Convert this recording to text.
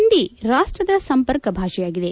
ಹಿಂದಿ ರಾಷ್ಟದ ಸಂಪರ್ಕ ಭಾಷೆಯಾಲಿದೆ